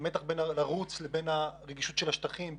בין הרצון לרוץ לבין הרגישות של השטחים,